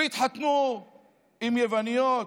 והתחתנו עם יווניות,